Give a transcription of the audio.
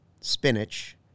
spinach